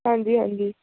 ਹਾਂਜੀ ਹਾਂਜੀ